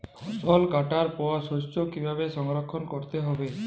ফসল কাটার পর শস্য কীভাবে সংরক্ষণ করতে হবে?